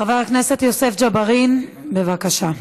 חבר הכנסת יוסף ג'בארין, בבקשה.